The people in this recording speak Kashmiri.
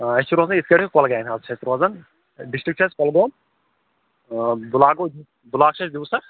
آ أسۍ چھِ روزَان یِتھ کٲٹھۍ کۄلگامہِ حظ چھِ اَسہِ روزَان ڈِسٹرِک چھِ اَسہِ کۄلگوم بُلاک گُو بُلاک چھِ اَسہِ دِوسَر